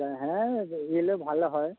হ্যাঁ গেলে ভালো হয়